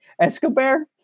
Escobar